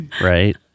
right